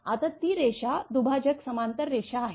आता ती रेषा दुभाजक समांतर रेषा आहे